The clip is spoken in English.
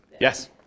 Yes